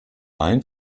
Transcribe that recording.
ein